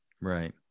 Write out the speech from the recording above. Right